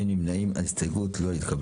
תוציאו לו את האוזנייה שם.